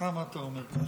למה אתה אומר ככה?